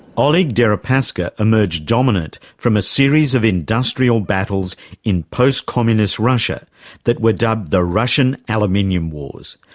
oleg deripaska emerged dominant from a series of industrial battles in post-communist russia that were dubbed the russian aluminium wars.